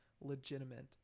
legitimate